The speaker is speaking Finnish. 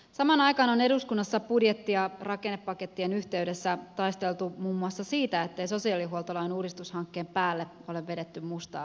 samaan aikaan on eduskunnassa budjetti ja rakennepakettien yhteydessä taisteltu muun muassa siitä ettei sosiaalihuoltolain uudistushankkeen päälle ole vedetty mustaa viivaa